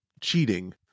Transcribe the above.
cheating